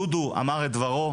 דודו אמר את דברו,